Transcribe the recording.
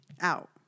out